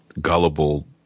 gullible